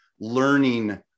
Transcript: learning